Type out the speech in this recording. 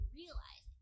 realize